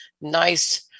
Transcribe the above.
nice